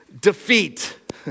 defeat